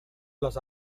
les